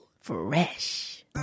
Fresh